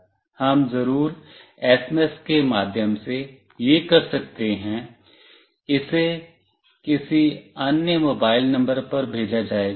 हम जरूर एसएमएस के माध्यम से यह कर सकते हैं इसे किसी अन्य मोबाइल नंबर पर भेजा जाएगा